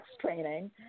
training